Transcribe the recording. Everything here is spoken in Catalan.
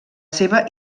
seva